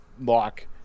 lock